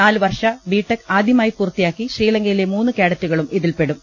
നാല് വർഷ B tech ആദ്യമായി പൂർത്തിയാക്കി ശ്രീലങ്കയിലെ മൂന്ന് കേഡറ്റു കളും ഇതിൽ പെടും